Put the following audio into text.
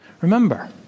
Remember